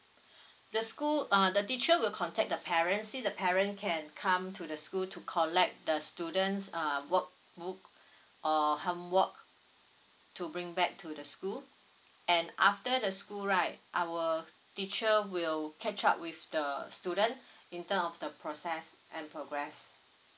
the school uh the teacher will contact the parents see the parent can come to the school to collect the students uh workbook or homework to bring back to the school and after the school right our teacher will catch up with the student in term of the process and progress